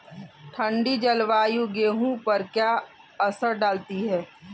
ठंडी जलवायु गेहूँ पर क्या असर डालती है?